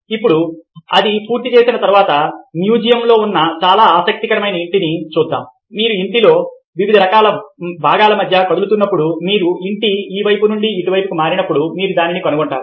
ఇప్పుడు అది పూర్తి చేసిన తర్వాత మ్యూజియం లో ఉన్న చాలా ఆసక్తికరమైన ఇంటిని చూద్దాం మీరు ఇంటిలోని వివిధ భాగాల మధ్య కదులుతున్నప్పుడు మీరు ఇంటి ఈ వైపు నుండి ఇటు వైపుకు మారినప్పుడు మీరు దానిని కనుగొంటారు